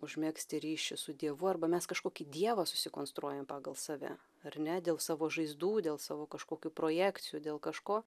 užmegzti ryšį su dievu arba mes kažkokį dievą susikonstruojam pagal save ar ne dėl savo žaizdų dėl savo kažkokių projekcijų dėl kažko